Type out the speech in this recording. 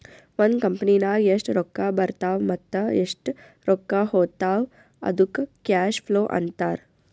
ಒಂದ್ ಕಂಪನಿನಾಗ್ ಎಷ್ಟ್ ರೊಕ್ಕಾ ಬರ್ತಾವ್ ಮತ್ತ ಎಷ್ಟ್ ರೊಕ್ಕಾ ಹೊತ್ತಾವ್ ಅದ್ದುಕ್ ಕ್ಯಾಶ್ ಫ್ಲೋ ಅಂತಾರ್